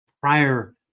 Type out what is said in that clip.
prior